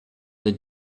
that